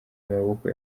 maboko